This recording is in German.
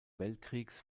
weltkriegs